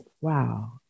wow